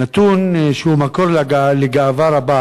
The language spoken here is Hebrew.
נתון שהוא מקור לגאווה רבה,